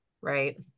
right